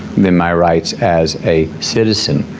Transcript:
then my rights as a citizen,